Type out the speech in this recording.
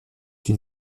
une